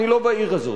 אני לא בעיר הזאת.